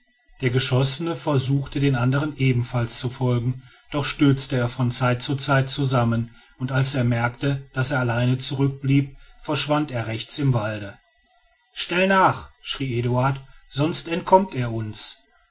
der geschossene versuchte den anderen ebenfalls zu folgen doch stürzte er von zeit zu zeit zusammen und als er merkte daß er allein zurück blieb verschwand er rechts im walde schnell nach schrie eduard sonst entkommt er uns